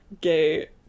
gay